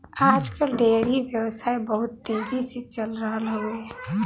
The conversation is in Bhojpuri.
आज कल डेयरी व्यवसाय बहुत तेजी से चल रहल हौवे